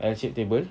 L shaped table